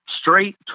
straight